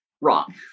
wrong